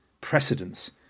precedence